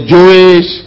Jewish